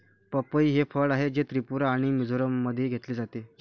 पपई हे फळ आहे, जे त्रिपुरा आणि मिझोराममध्ये घेतले जाते